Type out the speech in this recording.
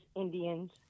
indians